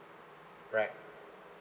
right